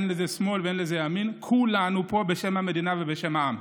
אין לזה שמאל ואין לזה ימין: כולנו פה בשם המדינה ובשם העם.